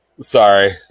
Sorry